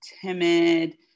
timid